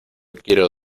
quiero